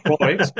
right